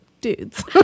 dudes